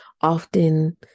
often